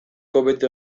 hobeto